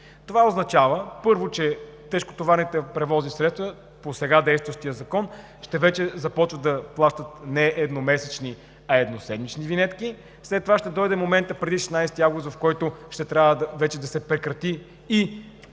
това означава, първо, че тежкотоварните превозни средства по сега действащия закон ще започнат да плащат не едномесечни, а едноседмични винетки, след това ще дойде моментът преди 16 август, в който вече ще трябва да се прекрати и тази